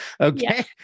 Okay